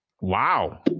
Wow